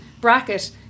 bracket